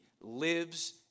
lives